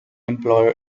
employer